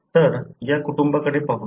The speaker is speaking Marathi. तर या कुटुंबाकडे पाहूया